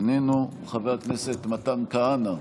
איננו, חבר הכנסת מתן כהנא,